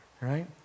Right